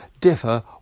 differ